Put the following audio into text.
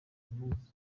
munsi